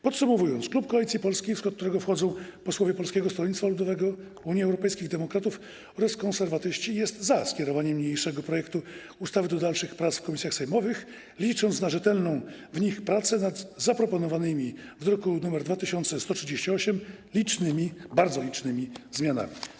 Podsumowując, klub Koalicji Polskiej, w skład którego wchodzą posłowie Polskiego Stronnictwa Ludowego, Unii Europejskich Demokratów oraz Konserwatyści, jest za skierowaniem niniejszego projektu ustawy do dalszych prac w komisjach sejmowych, licząc na rzetelną w nich pracę nad zaproponowanymi w druku nr 2138 licznymi, bardzo licznymi zmianami.